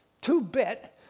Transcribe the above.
two-bit